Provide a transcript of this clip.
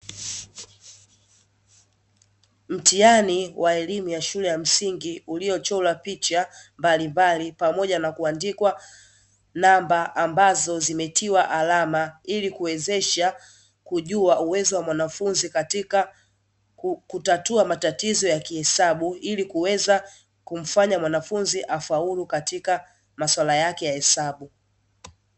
Mtihani wa elimu ya shule ya msingi uliochorwa picha mbalimbali pamoja na kuandikwa namba ambazo zimetiwa alama ili kuwezesha kujua uwezo wa mwanafunzi katika kutatua matatizo ya kihesabu ili kuweza kumfanya mwanafunzi afaulu katika maswala yake ya hesabu.